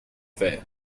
fare